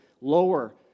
lower